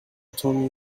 tommy